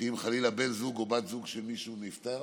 שאם חלילה בן זוג או בת זוג של מישהו נפטרו,